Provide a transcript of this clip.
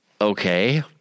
okay